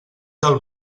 del